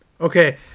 Okay